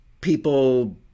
people